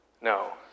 No